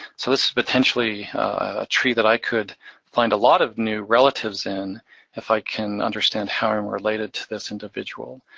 so this is potentially a tree that i could find a lot of new relatives in if i can understand how i'm related to this individual.